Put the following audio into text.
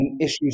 issues